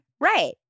Right